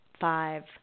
five